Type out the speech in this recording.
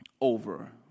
over